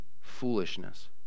foolishness